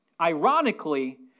Ironically